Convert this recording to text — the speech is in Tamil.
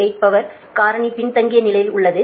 8 பவர் காரணி பின்தங்கிய நிலையில் உள்ளது